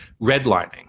redlining